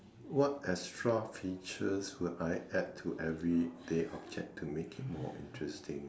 what extra features would I add to everyday object to make it more interesting